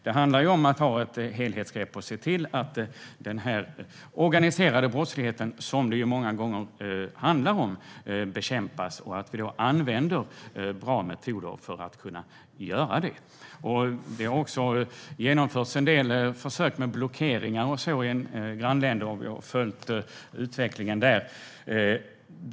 Det handlar om att ta ett helhetsgrepp och se till att den här organiserade brottsligheten, som det många gånger handlar om, bekämpas och att vi då använder bra metoder för att kunna göra det. Det har genomförts en del försök med blockering och sådant i grannländer, och vi har följt utvecklingen där.